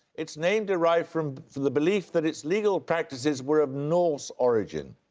it's name derived from from the belief that its legal practices were of norse origin.